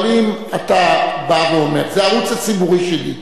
אבל אם אתה בא ואומר: זה הערוץ הציבורי שלי,